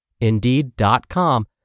Indeed.com